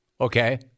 Okay